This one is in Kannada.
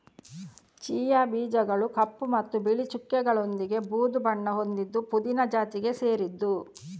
ಚಿಯಾ ಬೀಜಗಳು ಕಪ್ಪು ಮತ್ತು ಬಿಳಿ ಚುಕ್ಕೆಗಳೊಂದಿಗೆ ಬೂದು ಬಣ್ಣ ಹೊಂದಿದ್ದು ಪುದೀನ ಜಾತಿಗೆ ಸೇರಿದ್ದು